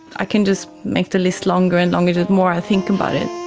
i can just make the list longer and longer the more i think about it.